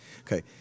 Okay